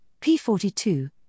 p42